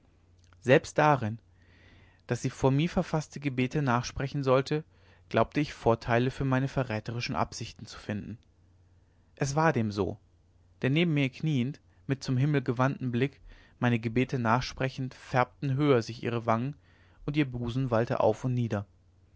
selbst darin daß sie von mir verfaßte gebete nachsprechen sollte glaubte ich vorteile für meine verräterische absichten zu finden es war dem so denn neben mir kniend mit zum himmel gewandtem blick meine gebete nachsprechend färbten höher sich ihre wangen und ihr busen wallte auf und nieder